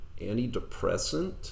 antidepressant